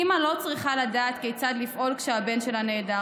אימא לא צריכה לדעת כיצד לפעול כשהבן שלה נעדר.